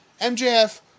MJF